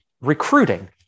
recruiting